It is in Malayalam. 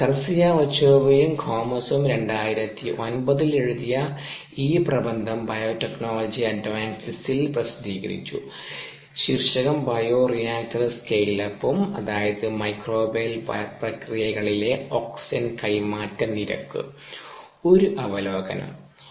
ഗാർസിയ ഒച്ചോവയും ഗോമസും 2009 ൽ എഴുതിയ ഈ പ്രബന്ധം ബയോടെക്നോളജി അഡ്വാൻസസിൽ പ്രസിദ്ധീകരിച്ചു ശീർഷകം ബയോ റിയാക്ടർ സ്കെയിൽ അപ്പും അതായത് മൈക്രോബയൽ പ്രക്രിയകളിലെ ഓക്സിജൻ കൈമാറ്റ നിരക്കു ഒരു അവലോകനം Bioreactor scale up and oxygen transfer rate in microbial processes an overview